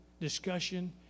discussion